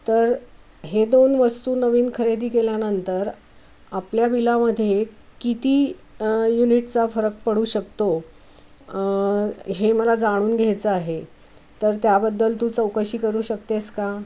तर हे दोन वस्तू नवीन खरेदी केल्यानंतर आपल्या बिलामध्ये किती युनिटचा फरक पडू शकतो हे मला जाणून घ्यायचं आहे तर त्याबद्दल तू चौकशी करू शकतेस का